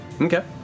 Okay